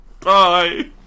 Bye